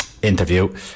interview